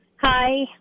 Hi